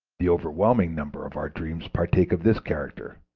the overwhelming number of our dreams partake of this character,